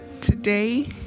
today